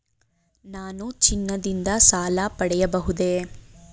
ನಾನು ಚಿನ್ನದಿಂದ ಸಾಲ ಪಡೆಯಬಹುದೇ?